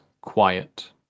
quiet